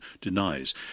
denies